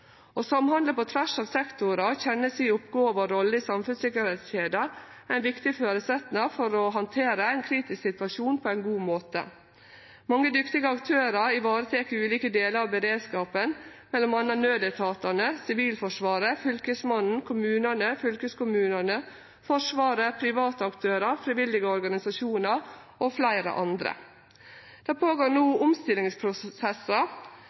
på tvers av sektorar og kjenne si oppgåve og rolle i samfunnssikkerheitskjeda er ein viktig føresetnad for å handtere ein kritisk situasjon på ein god måte. Mange dyktige aktørar varetek ulike delar av beredskapen, m.a. naudetatane, Sivilforsvaret, Fylkesmannen, kommunane, fylkeskommunane, Forsvaret, private aktørar, frivillige organisasjonar og fleire andre.